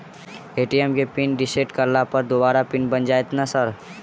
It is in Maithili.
ए.टी.एम केँ पिन रिसेट करला पर दोबारा पिन बन जाइत नै सर?